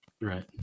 Right